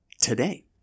today